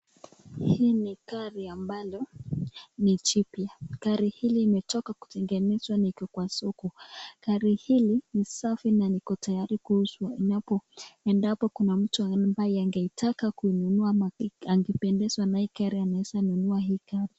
Hii ni gari ambalo ni jipia. Gari hili limetoka kutengenezwa na liko kwa soko. Gari hili ni safi na ni tayari kuuzwa. Endapo kuna mtu ambaye angeitaka kuinunua ama angependezwa naye gari anaweza nunua hii gari.